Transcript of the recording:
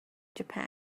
japan